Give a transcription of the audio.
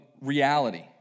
reality